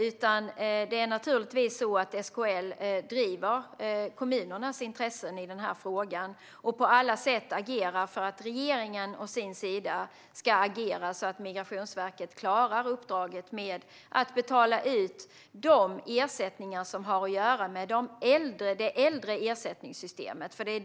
SKL driver naturligtvis kommunernas intressen i den här frågan och agerar på alla sätt för att regeringen å sin sida ska agera för att Migrationsverket ska klara uppdraget att betala ut de ersättningar som har att göra med det äldre ersättningssystemet.